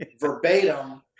verbatim